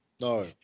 no